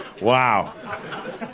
Wow